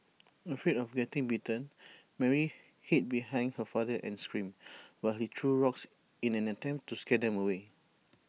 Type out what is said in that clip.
afraid of getting bitten Mary hid behind her father and screamed while he threw rocks in an attempt to scare them away